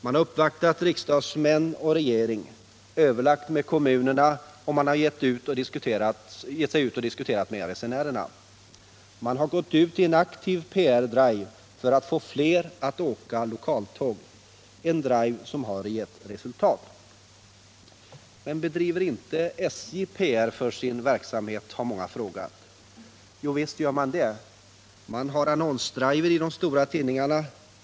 Man har uppvaktat riksdagsmännen och regeringen, överlagt med kommunerna och givit sig ut och diskuterat med resenärerna. Man har genomfört en aktiv PR-drive för att få fler att åka med lokaltågen, en drive som har givit gott resultat. ”Men bedriver inte SJ PR för sin verksamhet?” , har många frågat. Jo, visst gör man det. Man har annonsdriver i de stora tidningarna.